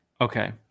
okay